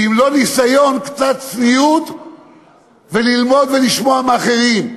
ואם לא ניסיון, קצת צניעות וללמוד לשמוע מאחרים.